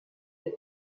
des